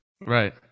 Right